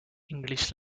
english